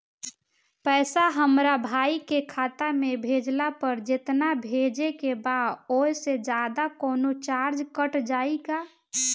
पैसा हमरा भाई के खाता मे भेजला पर जेतना भेजे के बा औसे जादे कौनोचार्ज कट जाई का?